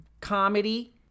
comedy